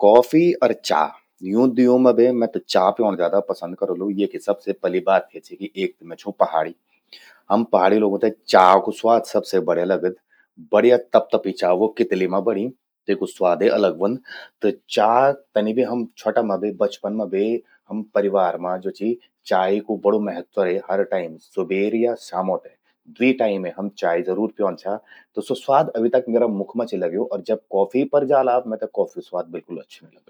कॉफी अर चा, यूं द्यूं मां बे मैं चा प्योण ज्यादा पसंद करोलु। येकि सबसे पलि बात या चि कि एक त सबसे पलि मैं छूं पहाड़ी। हम पहाड़ी लोगों ते चा कु स्वाद सबसे बढ़िया लगद। बढ़िया तपतपि चा व्हे कितलि मां बण्यीं, तेकु स्वादे अलग व्हंद। त चा तनि बि हम छ्वटा मां बे, बचपन मां बे हम परिवार मां ज्वो चि चाय कु बड़ु महत्व रे। हर टाइम सुबेर या शामौ ते, द्वी टाइमे हम चाय जरूर प्योंद छा। त स्वो स्वाद अभि तक म्येरा मुख मां चि लग्यूं। अगर आप कॉफी पर जाला आप मेते कॉफ्यू स्वाद बिल्कुल अच्छू नि लगद।